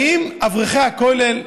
האם אברכי הכולל,